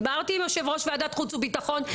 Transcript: דיברתי עם יושב ראש ועדת חוץ וביטחון,